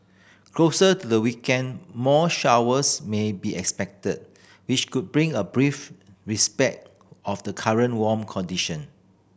closer to the weekend more showers may be expected which would bring a brief respite of the current warm condition